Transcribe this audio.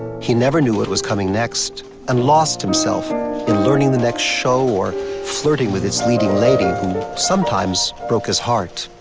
he never knew what was coming next and lost himself in learning the next show or flirting with its leading lady sometimes broke his heart.